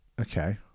Okay